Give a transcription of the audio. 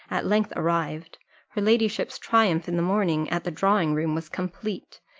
at length arrived her ladyship's triumph in the morning at the drawing-room was complete.